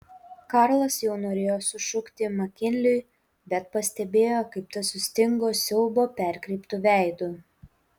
karlas jau norėjo sušukti makinliui bet pastebėjo kaip tas sustingo siaubo perkreiptu veidu